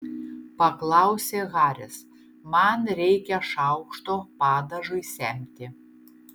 paklausė haris man reikia šaukšto padažui semti